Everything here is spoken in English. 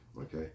Okay